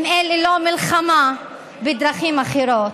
אם לא מלחמה בדרכים אחרות?